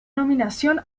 nominación